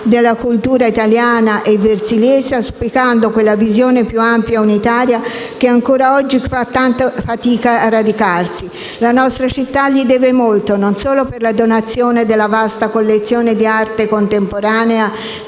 della cultura italiana e versiliese auspicando quella visione più ampia e unitaria che ancora oggi fa tanta fatica a radicarsi. La nostra città gli deve molto, non solo per la donazione della vasta collezione di arte contemporanea,